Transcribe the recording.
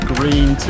Green